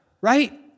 right